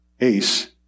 ace